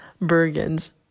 Bergen's